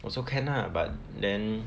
also can lah but then